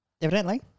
Evidently